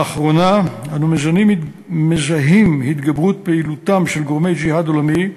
לאחרונה אנו מזהים התגברות פעילותם של גורמי ג'יהאד עולמי,